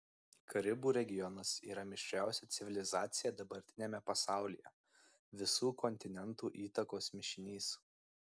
karibų regionas yra mišriausia civilizacija dabartiniame pasaulyje visų kontinentų įtakos mišinys